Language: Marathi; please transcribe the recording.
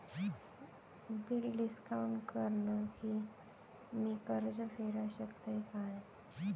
बिल डिस्काउंट करान मी कर्ज फेडा शकताय काय?